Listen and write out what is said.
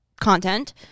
content